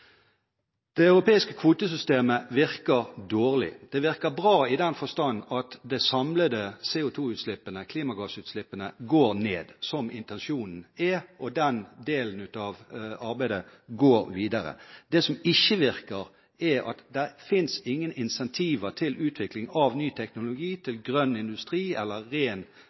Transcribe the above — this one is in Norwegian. Det europeiske kvotesystemet virker dårlig. Det virker bra i den forstand at det samlede CO2-utslippet, klimagassutslippene, går ned, som intensjonen er, og den delen av arbeidet går videre. Det som ikke virker, er: Det finnes ingen incentiver til utvikling av ny teknologi til grønn industri eller ren